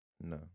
No